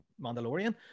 Mandalorian